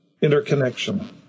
interconnection